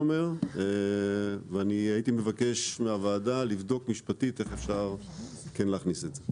אבקש מהוועדה לבדוק איך אפשר לשלב זאת מהבחינה